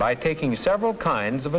by taking several kinds of